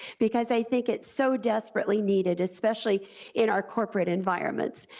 because i think it's so desperately needed, especially in our corporate environments.